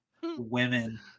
Women